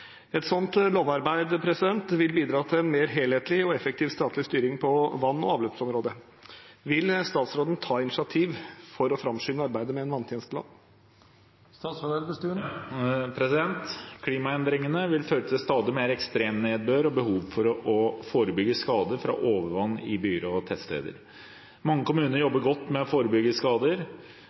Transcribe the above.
Et slikt lovarbeid vil bidra til en mer helhetlig og effektiv statlig styring på vann- og avløpsområdet. Vil statsråden ta initiativ for å fremskynde arbeidet med en vanntjenestelov?» Klimaendringene vil føre til stadig mer ekstremnedbør og behov for å forebygge skader fra overvann i byer og tettsteder. Mange kommuner jobber godt med å forebygge skader.